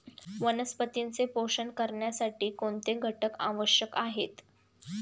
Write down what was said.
वनस्पतींचे पोषण करण्यासाठी कोणते घटक आवश्यक आहेत?